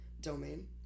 domain